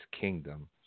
kingdom